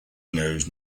knows